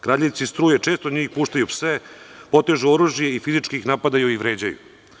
Kradljivci struje često na njih puštaju pse, potežu oružje i fizički ih napadaju i vređaju.